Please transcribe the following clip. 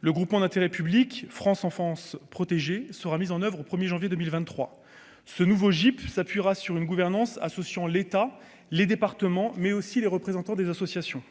le groupement d'intérêt public France Enfance protégée sera mise en oeuvre au 1er janvier 2023, ce nouveau Jeep s'appuiera sur une gouvernance associant l'État, les départements, mais aussi les représentants des associations,